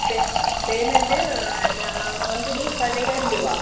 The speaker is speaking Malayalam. പേമെന്റ് എന്നാ മന്ത്ലി പതിനയ്യായിരം രൂപ